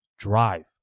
drive